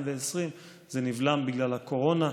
זה נבלם בגלל הקורונה.